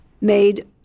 made